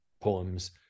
poems